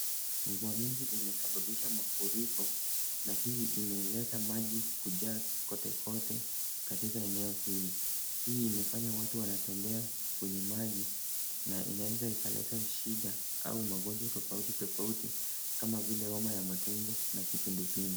Mvua mingi imesababisha mafuriko, na hii imeleta maji kujaa kote kote katika eneo hili. Hii imefanya watu wanatembea kwenye maji, na inaweza ikaleta shida au magonjwa tofauti tofauti, kama vile homa ya matumbo na kipindupindu.